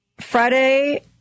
Friday